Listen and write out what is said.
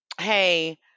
hey